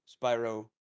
Spyro